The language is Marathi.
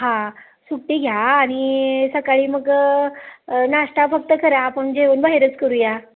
हा सुट्टी घ्या आणि सकाळी मग नाश्ता फक्त करा आपण जेवण बाहेरच करूया